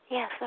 Yes